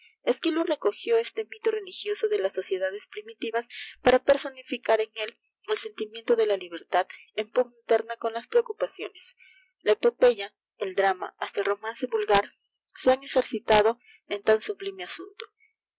numerosos poemas esquilo recojió este mito religioso de las sociedades primitivas para personificar en él el sentimiento de la libertad en pugna eterna con las preocupaciones la epopeya el drama hasta el romance vulgar se han ejercitado en tan sublime asunto